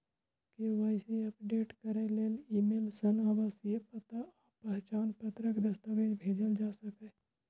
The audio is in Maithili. के.वाई.सी अपडेट करै लेल ईमेल सं आवासीय पता आ पहचान पत्रक दस्तावेज भेजल जा सकैए